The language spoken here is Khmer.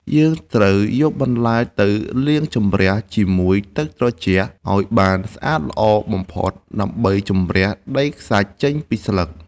យើងត្រូវយកបន្លែទៅលាងជម្រះជាមួយទឹកត្រជាក់ឱ្យបានស្អាតល្អបំផុត ដើម្បីជម្រះដីខ្សាច់ចេញពីស្លឹក។